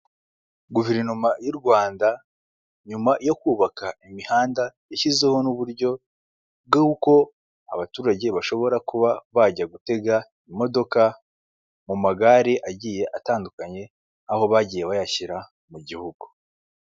Guverinoma y'u Rwanda nyuma yo kubaka imihanda yashyizeho n'uburyo bw'uko, abaturage bashobora kuba bajya gutega imodoka mu magare agiye atandukanye, aho bagiye bayashyira mu gihugu.